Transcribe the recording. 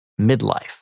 midlife